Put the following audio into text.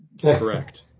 Correct